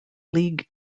league